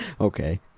Okay